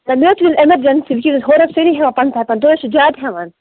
ہے مےٚ حظ چھِ ایٚمَرجَنسی وُنکیٚنس ہورٕ حظ چھِ سٲری ہٮ۪وان پنٛژاہ پنژاہ تُہۍ حظ چھِو زیادٕ ہٮ۪وان